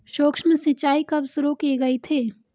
सूक्ष्म सिंचाई कब शुरू की गई थी?